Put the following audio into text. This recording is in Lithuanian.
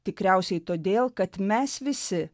tikriausiai todėl kad mes visi